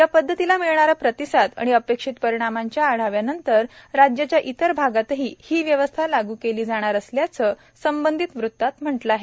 या पद्वतीला मिळणारा प्रतिसाद आणि अपेक्षित परिणामाच्या आढाव्यानंतर राजाच्या इतर भागातही ही व्यवस्था लागू केली जाणार असल्याचं संबंधित वृत्तात म्हटलं आहे